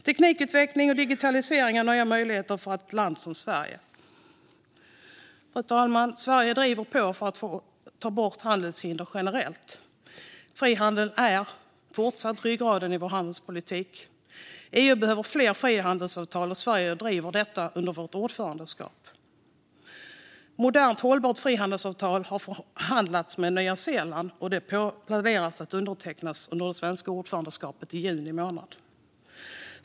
Teknikutvecklingen och digitaliseringen ger möjligheter för ett land som Sverige. Fru talman! Sverige driver på för att ta bort handelshinder generellt. Frihandeln är fortsatt ryggraden i vår handelspolitik. EU behöver fler frihandelsavtal, och Sverige driver detta under sitt ordförandeskap. Ett modernt, hållbart frihandelsavtal har förhandlats med Nya Zeeland. Det planeras att undertecknas i juni under det svenska ordförandeskapet.